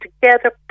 together